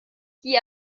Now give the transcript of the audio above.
die